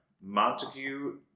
Montague